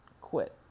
quit